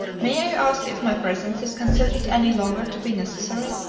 may i ask if my presence is considered any longer to be necessary?